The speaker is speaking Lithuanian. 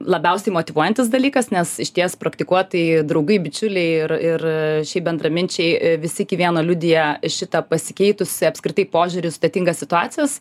labiausiai motyvuojantis dalykas nes išties praktikuot tai draugai bičiuliai ir ir šiaip bendraminčiai visi iki vieno liudija šitą pasikeitusį apskritai požiūrį į sudėtingas situacijas